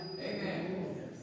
Amen